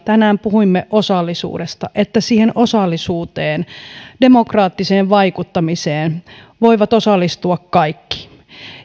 tänään puhuimme osallisuudesta ja on tärkeä asia että siihen osallisuuteen demokraattiseen vaikuttamiseen voivat osallistua kaikki